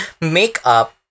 Makeup